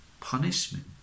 punishment